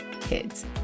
kids